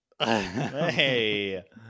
Hey